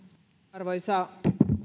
arvoisa